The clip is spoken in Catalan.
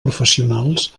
professionals